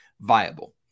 viable